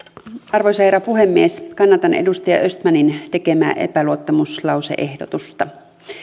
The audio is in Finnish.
arvoisa herra puhemies kannatan edustaja östmanin tekemää epäluottamuslause ehdotusta